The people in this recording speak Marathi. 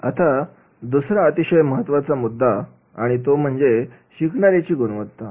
आता दुसरा अतिशय महत्त्वाचा मुद्दा आणि तो म्हणजे शिकणार्यांची गुणवत्ता